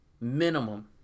minimum